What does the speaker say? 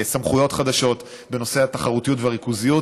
סמכויות חדשות בנושא התחרותיות והריכוזיות.